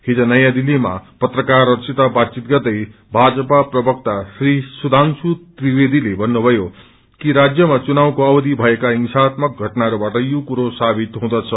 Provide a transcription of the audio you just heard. हिज नयाँ दिल्लीमा फत्राक्वरहरसित बातवित ग्रदै भाजपा प्रवक्ता श्री सुधांशु विवेदीले भन्नुभन्नयो कि राजयमा चुनावको अवधि भएका हिंसात्मक घटनाहरूबाट यो कूरो सावित हुँदैछ